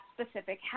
specific